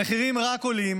המחירים רק עולים